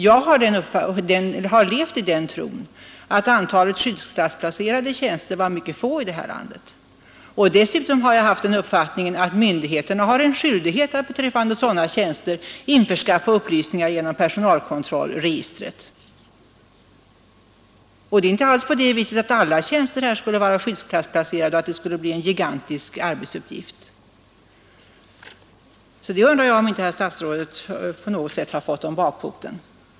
Jag har levt i den tron att antalet skyddsklassplacerade tjänster var mycket litet i vårt land. Dessutom har jag haft den uppfattningen att myndigheterna har skyldighet att beträffande sådana tjänster införskaffa upplysningar genom personalkontrollregistret. Det är inte alls så att alla tjänster skulle vara skyddsklassplacerade och att ett sådant förfarande skulle bli en gigantisk arbetsuppgift. Jag undrar alltså om inte statsrådet fått detta om bakfoten.